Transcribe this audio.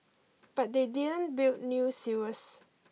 but they didn't build new sewers